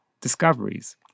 discoveries